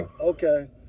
okay